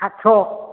आठस'